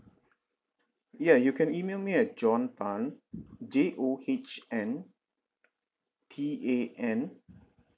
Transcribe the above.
ya you can email me at john tan j o h n t a n